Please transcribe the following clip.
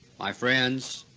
my friends,